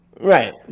Right